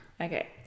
okay